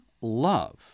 love